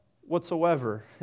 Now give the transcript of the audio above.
whatsoever